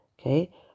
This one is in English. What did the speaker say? okay